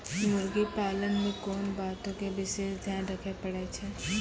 मुर्गी पालन मे कोंन बातो के विशेष ध्यान रखे पड़ै छै?